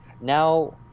Now